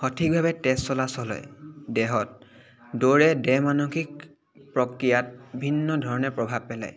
সঠিকভাৱে তেজ চলাচল হয় দেহত দৌৰে দেহ মানসিক প্ৰক্ৰিয়াত ভিন্ন ধৰণে প্ৰভাৱ পেলায়